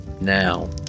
Now